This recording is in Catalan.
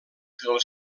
del